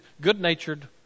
good-natured